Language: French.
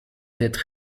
têtes